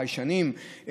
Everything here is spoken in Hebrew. חיישנים,